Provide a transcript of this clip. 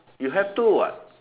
you have to what